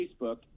Facebook